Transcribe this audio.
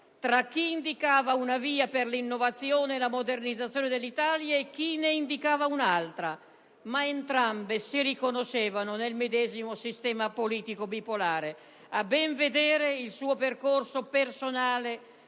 tra chi indicava una via per l'innovazione e la modernizzazione dell'Italia e chi ne indicava un'altra, ma entrambe si riconoscevano nel medesimo sistema politico bipolare. A ben vedere, il suo percorso personale